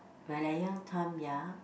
when I young time ya